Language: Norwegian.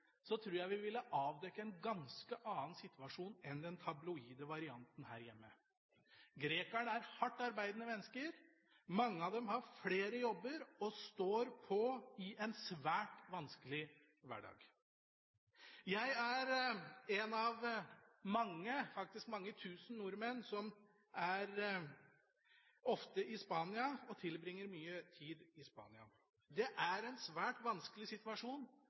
jeg vi vil avdekke en ganske annen situasjon enn den tabloide varianten her hjemme. Grekerne er hardt arbeidende mennesker, mange av dem har flere jobber og står på i en svært vanskelig hverdag. Jeg er en av mange tusen nordmenn som ofte er i Spania, tilbringer mye tid i Spania. Der er det en svært vanskelig situasjon,